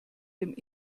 dem